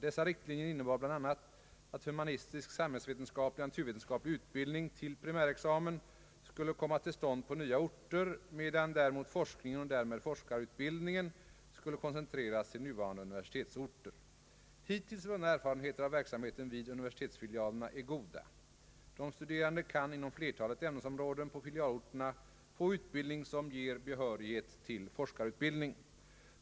Dessa riktlinjer innebar bl.a. att humanistisk, samhällsvetenskaplig och naturvetenskaplig utbildning till primärexamen skulle komma till stånd på nya orter, medan däremot forskningen och därmed forskarutbildningen skulle koncentreras till nuvarande universitetsorter. Hittills vunna erfarenheter av verksamheten vid universitetsfilialerna är goda. De studerande kan inom flertalet ämnesområden på filialorterna få utbildning som ger behörighet till forskarutbildning.